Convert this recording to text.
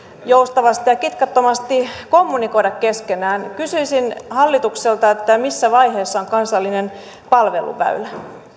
joustavasti ja kitkattomasti kommunikoida keskenään kysyisin hallitukselta missä vaiheessa on kansallinen palveluväylä